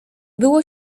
było